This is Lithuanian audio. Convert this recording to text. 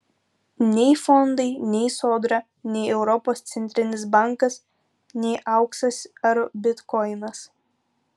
nei fondai nei sodra nei europos centrinis bankas nei auksas ar bitkoinas